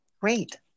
Great